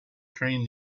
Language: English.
train